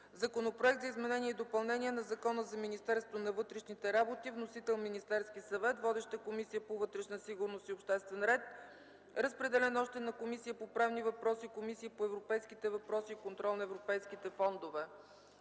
Законопроект за изменение и допълнение на Закона за Министерството на вътрешните работи. Вносител – Министерският съвет. Водеща е Комисията по вътрешна сигурност и обществен ред. Разпределен е и на Комисията по правни въпроси и Комисията по европейските въпроси и контрол на европейските фондове.